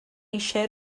eisiau